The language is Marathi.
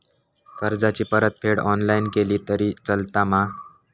कर्जाची परतफेड ऑनलाइन केली तरी चलता मा?